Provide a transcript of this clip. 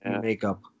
makeup